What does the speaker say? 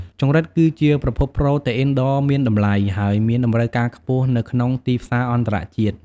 ចង្រិតគឺជាប្រភពប្រូតេអ៊ីនដ៏មានតម្លៃ ហើយមានតម្រូវការខ្ពស់នៅក្នុងទីផ្សារអន្តរជាតិ។